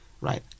right